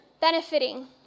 benefiting